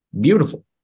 beautiful